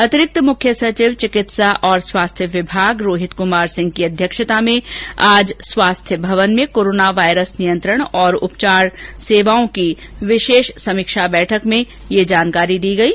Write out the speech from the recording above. अतिरिक्त मुख्य सचिव चिकित्सा और स्वास्थ्य विभाग रोहित कुमार सिंह की अध्यक्षता में आज स्वास्थ्य भवन में कोरोना वायरस नियंत्रण और उपचार सेवाओं की विशेष समीक्षा बैठक में यह जानकारी दी गयी